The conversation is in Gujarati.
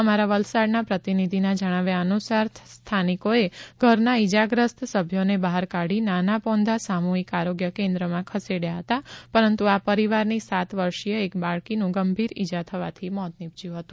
અમારા વલસાડના પ્રતિનિધિના જણાવ્યા અનુસાર સ્થાનિકોએ ઘરના ઇજાગ્રસ્ત સભ્યોને બહાર કાઢી નાના પોન્ધા સામૂહિક આરોગ્ય કેન્દ્રમાં ખસેડચા હતા પરંતુ આ પરિવારની સાત વર્ષીય એક બાળકીનું ગંભીર ઇજા થવાથી મોત નીપજ્યું હતું